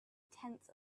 tenth